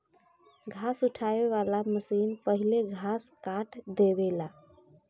घास उठावे वाली मशीन पहिले घास काट देवेला